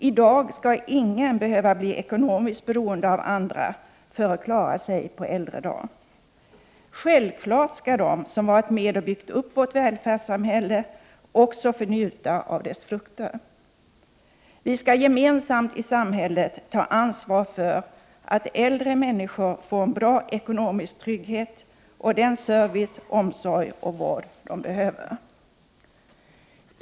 I dag skall ingen behöva bli ekonomiskt beroende av andra för att klara sig på äldre dar. Självklart skall de som varit med och byggt upp vårt välfärdssamhälle också få njuta av dess frukter. Vi skall gemensamt i samhället ta ansvar för att äldre människor får en bra ekonomisk trygghet och den service, omsorg och vård de behöver.